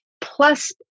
Plus